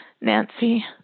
Nancy